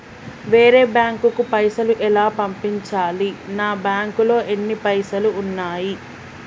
వేరే బ్యాంకుకు పైసలు ఎలా పంపించాలి? నా బ్యాంకులో ఎన్ని పైసలు ఉన్నాయి?